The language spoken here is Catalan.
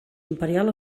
imperial